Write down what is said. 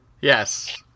Yes